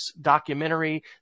documentary